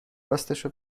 راستشو